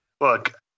look